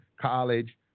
college